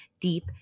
deep